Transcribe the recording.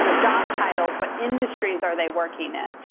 you know job titles? what industries are they working in?